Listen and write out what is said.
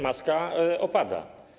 Maska opada.